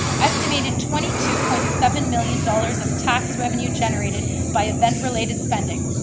estimated twenty two point seven million dollars of tax revenue generated by event-related spending.